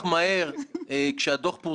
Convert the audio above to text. חבר'ה, אל תיפלו לפיו של גד ליאור.